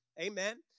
Amen